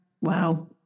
Wow